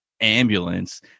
ambulance